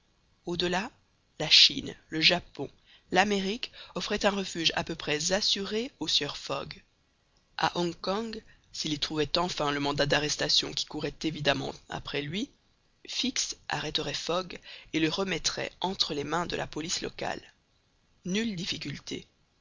au-delà la chine le japon l'amérique offraient un refuge à peu près assuré au sieur fogg a hong kong s'il y trouvait enfin le mandat d'arrestation qui courait évidemment après lui fix arrêtait fogg et le remettait entre les mains de la police locale nulle difficulté